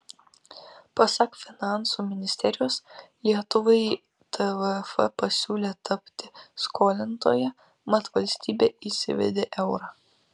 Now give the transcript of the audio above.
pasak finansų ministerijos lietuvai tvf pasiūlė tapti skolintoja mat valstybė įsivedė eurą